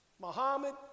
Muhammad